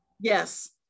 yes